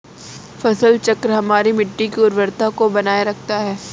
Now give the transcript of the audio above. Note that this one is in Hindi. फसल चक्र हमारी मिट्टी की उर्वरता को बनाए रखता है